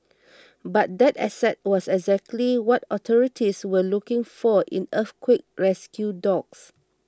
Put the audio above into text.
but that asset was exactly what authorities were looking for in earthquake rescue dogs